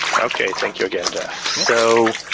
okay, thank you again geoff. so,